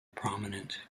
prominent